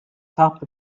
top